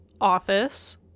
office